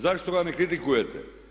Zašto ga ne kritikujete?